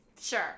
Sure